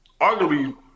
arguably